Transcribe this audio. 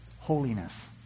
holiness